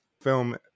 film